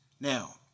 Now